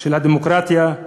של הדמוקרטיה,